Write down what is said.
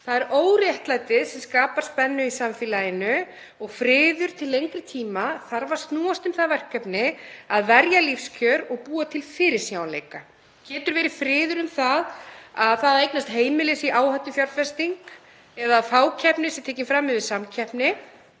Það er óréttlætið sem skapar spennu í samfélaginu og friður til lengri tíma þarf að snúast um það verkefni að verja lífskjör og búa til fyrirsjáanleika. Getur verið friður um að það að eignast heimili sé áhættufjárfesting eða fákeppni sé tekin fram yfir samkeppni?